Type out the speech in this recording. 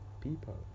people